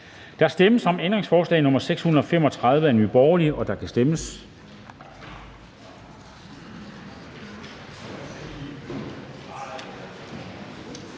Der stemmes om ændringsforslag nr. 698 af DF, og der kan stemmes.